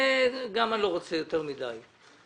אני לא רוצה לתת יותר מדי פרטים,